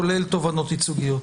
כולל תובענות ייצוגיות,